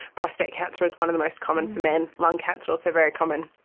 prostate cancer is one of the most common for men, lung cancer also very common.